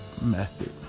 method